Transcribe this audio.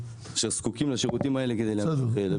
בסדר.